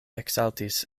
eksaltis